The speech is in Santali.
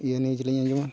ᱤᱭᱟᱹ ᱱᱤᱭᱩᱡᱽ ᱞᱤᱧ ᱟᱸᱡᱚᱢᱟ